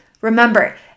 Remember